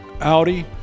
Audi